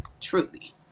Truly